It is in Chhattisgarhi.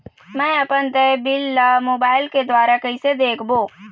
मैं अपन देय बिल ला मोबाइल के द्वारा कइसे देखबों?